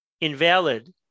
invalid